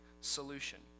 solution